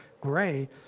gray